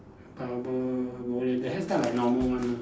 bubble no leh the hairstyle like normal one ah